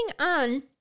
on